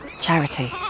Charity